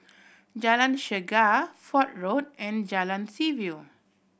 Jalan Chegar Fort Road and Jalan Seaview